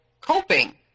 coping